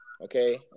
okay